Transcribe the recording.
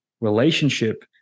relationship